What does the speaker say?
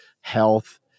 health